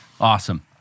Awesome